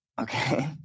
Okay